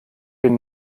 bin